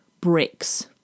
bricks